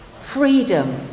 freedom